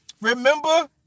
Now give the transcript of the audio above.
remember